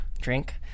drink